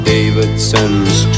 Davidson's